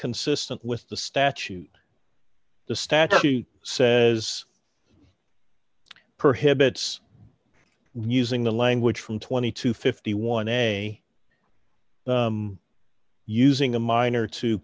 consistent with the statute the statute says prohibits using the language from twenty to fifty one essay using a minor to